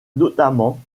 notamment